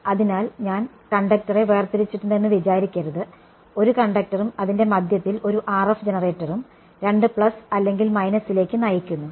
അതിനാൽ ഞാൻ കണ്ടക്ടറെ വേർതിരിച്ചിട്ടുണ്ടെന്ന് വിചാരിക്കരുത് ഒരു കണ്ടക്ടറും അതിന്റെ മധ്യത്തിൽ ഒരു RF ജനറേറ്ററും രണ്ടും പ്ലസ് അല്ലെങ്കിൽ മൈനസ്സിലേക്ക് നയിക്കുന്നു